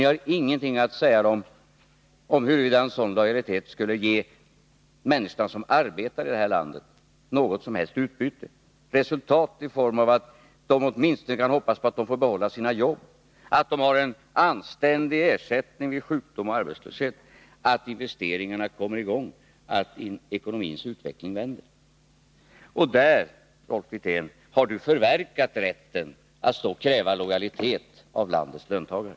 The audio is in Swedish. Ni har ingenting att säga dem om huruvida en sådan lojalitet skulle ge människorna som arbetar i det här landet något som helst utbyte, resultat i form av att de åtminstone kan få behålla sina jobb, att de har en anständig ersättning vid sjukdom och arbetslöshet, att investeringarna kommer i gång, att ekonomins utveckling vänder. Där, Rolf Wirtén, har ni förverkat rätten att kräva lojalitet av landets löntagare.